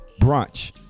brunch